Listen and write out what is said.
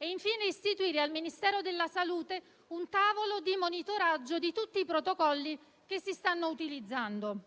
infine, istituire presso il Ministero della salute un tavolo di monitoraggio di tutti i protocolli che si stanno utilizzando,